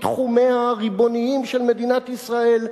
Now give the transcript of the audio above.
בתחומיה הריבוניים של מדינת ישראל,